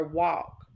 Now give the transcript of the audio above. walk